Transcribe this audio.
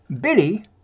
Billy